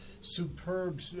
superb